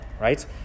right